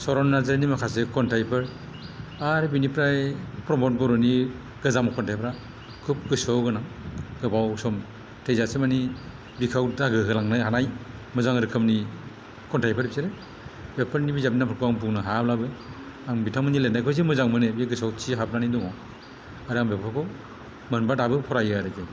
चरन नारजारिनि माखासे खन्थाइफोर आरो बिनिफ्राय प्रमद बर'नि गोजाम खन्थाइफ्रा खुब गोसोआव गोनां गोबाव सम थैजासे मानि बिखायाव दागो होलांनो हानाय मोजां रोखोमनि खन्थाइफोर बिसोरो दा बेफोरनि बिजाबफोरनि मुंफोरखौ आं बुंनो हायाब्लाबो आं बिथांमोननि लिरनायखौजे मोजां मोनो बे गोसोआव थि हाबनानै दङ आरो आं बेफोरखौ मोनबा दाबो फरायो आरो